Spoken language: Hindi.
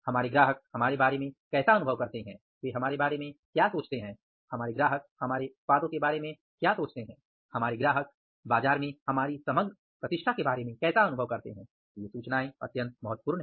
हमारे ग्राहक हमारे बारे में कैसा अनुभव करते हैं हमारे ग्राहक हमारे उत्पादों के बारे में क्या सोचते हैं हमारे ग्राहक बाज़ार में हमारी समग्र प्रतिष्ठा के बारे में कैसा अनुभव करते हैं ये सूचनाये अत्यंत महत्वपूर्ण है